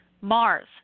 Mars